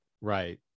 Right